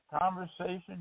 conversation